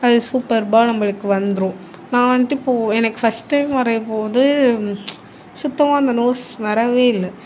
அது சூப்பர்பா நம்மளுக்கு வந்திரும் நான் வந்திட்டு இப்போது எனக்கு ஃபர்ஸ்ட் டைம் வரையும் போது சுத்தமாக அந்த நோஸ் வரவே இல்லை